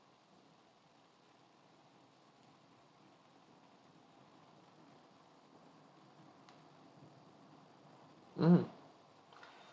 mm